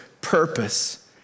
purpose